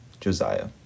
Josiah